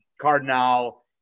Cardinal